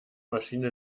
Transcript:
maschine